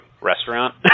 restaurant